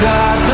God